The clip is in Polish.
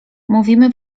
mówimy